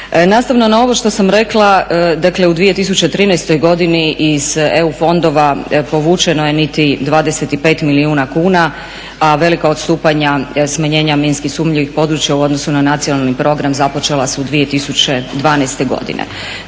Nastavno na ovo što sam rekla, dakle u 2013. godini iz EU fondova povučeno je niti 25 milijuna kuna, a velika odstupanja smanjenja minski sumnjivih područja u odnosu na nacionalni program započela su 2012. godine.